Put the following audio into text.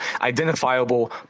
identifiable